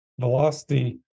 velocity